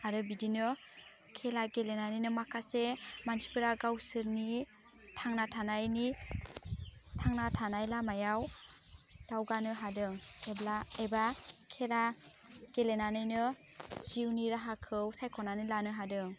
आरो बिदिनो खेला गेलेनानैनो माखासे मानसिफोरा गावसोरनि थांना थानायनि थांना थानाय लामायाव दावगानो हादों एब्ला एबा खेला गेलेनानैनो जिउनि राहाखौ सायख'नानै लानो हादों